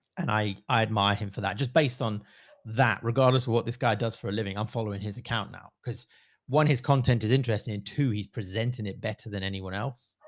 and i, i admire him for that. just based on that, regardless of what this guy does for a living, i'm following his account now. cause one, his content is interesting too. he's presenting it better than anyone else.